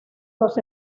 los